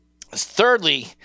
thirdly